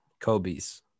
Kobe's